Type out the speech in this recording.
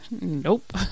Nope